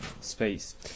space